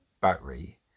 battery